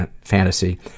fantasy